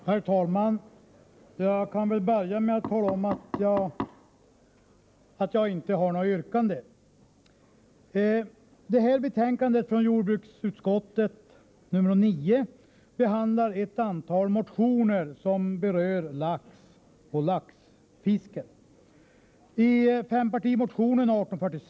Herr talman! Jag kan börja med att tala om att jag inte har något yrkande.